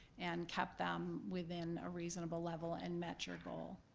and kept them within a reasonable level and met your goal.